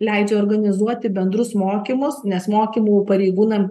leidžia organizuoti bendrus mokymus nes mokymų pareigūnam